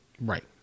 Right